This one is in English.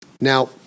Now